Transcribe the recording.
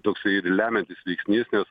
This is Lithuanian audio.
toksai ir lemiantis veiksnys nes